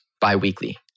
bi-weekly